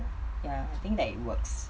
ya I think that it works